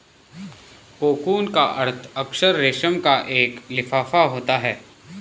cocoon का अर्थ अक्सर रेशम का एक लिफाफा होता है